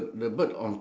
the the